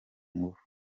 ngufu